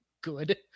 Good